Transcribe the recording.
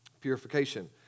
purification